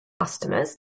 customers